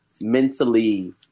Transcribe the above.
mentally